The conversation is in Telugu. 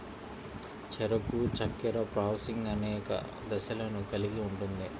చెరకు చక్కెర ప్రాసెసింగ్ అనేక దశలను కలిగి ఉంటుంది